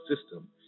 system